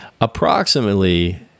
approximately